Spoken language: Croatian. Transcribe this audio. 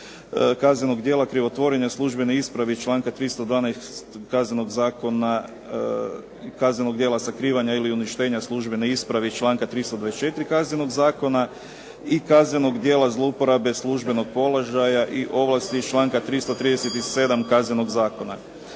kaznenog djela krivotvorenja službene isprave iz članka 312. kaznenog djela sakrivanja ili uništenja službene isprave iz članka 324. Kaznenog zakona i kaznenog djela zlouporabe službenog položaja i ovlasti iz članka 337. Kaznenog zakona.